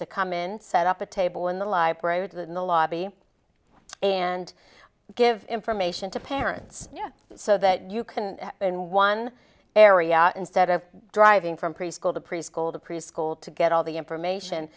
to come in set up a table in the library or to the lobby and give information to parents so that you can in one area instead of driving from preschool to preschool to preschool to get all the information